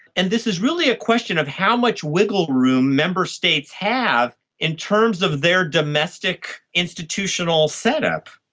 and this is really a question of how much wiggle room member states have in terms of their domestic institutional setup.